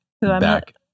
back